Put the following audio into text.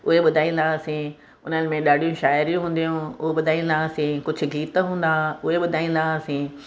उहे ॿुधाईंदा हुआसीं उन्हनि में ॾाढियूं शाइरियूं हूंदियूं हो ॿुधाईंदा हुआसीं कुझु गीत हूंदा उहे ॿुधाईंदा हुआसीं